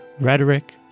rhetoric